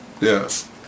Yes